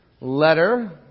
letter